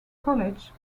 college